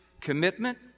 commitment